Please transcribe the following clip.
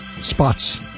spots